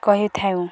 କହିଥାଉଁ